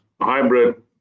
hybrid